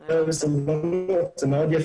זה מאוד יפה,